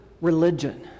religion